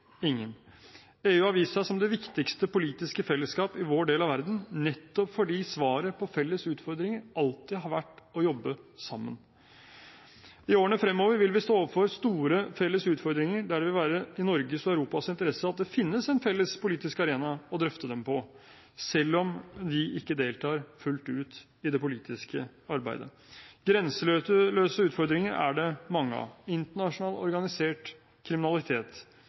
ingen. EU har vist seg som det viktigste politiske fellesskap i vår del av verden nettopp fordi svaret på felles utfordringer alltid har vært å jobbe sammen. I årene fremover vil vi stå overfor store felles utfordringer der det vil være i Norges og Europas interesse at det finnes en felles politisk arena å drøfte dem på, selv om vi ikke deltar fullt ut i det politiske arbeidet. Grenseløse utfordringer er det mange av – internasjonal organisert kriminalitet,